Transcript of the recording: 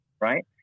right